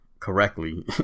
Correctly